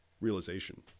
realization